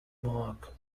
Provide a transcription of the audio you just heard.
mark